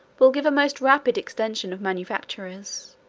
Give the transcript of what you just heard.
will give a most rapid extension of manufactures,